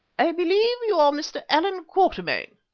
i believe you are mr. allan quatermain,